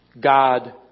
God